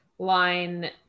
line